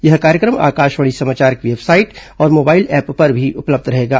यह कार्यक्रम आकाशवाणी समाचार की वेबसाइट और मोबाइल ऐप पर भी उपलब्ध रहेगा